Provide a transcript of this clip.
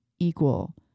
equal